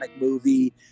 movie